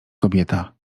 kobieta